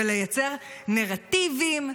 ובלייצר נרטיבים.